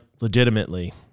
legitimately